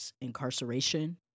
incarceration